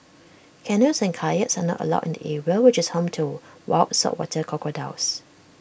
canoes and kayaks are not allowed in the area which is home to wild saltwater crocodiles